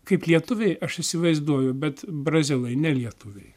kaip lietuviai aš įsivaizduoju bet brazilai nelietuviai